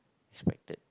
expected